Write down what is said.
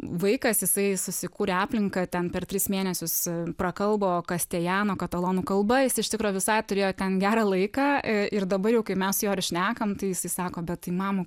vaikas jisai susikūrė aplinką ten per tris mėnesius prakalbo kastėjano katalonų kalba jis iš tikro visai turėjo ten gerą laiką ir dabar jau kai mes joriu šnekam tai jisai sako bet tai mama